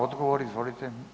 Odgovor izvolite.